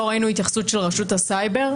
לא ראינו התייחסות של רשות הסייבר,